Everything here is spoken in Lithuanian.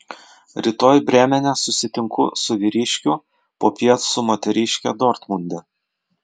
rytoj brėmene susitinku su vyriškiu popiet su moteriške dortmunde